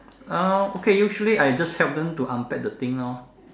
uh okay usually I just help them to unpack the thing lor